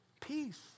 Peace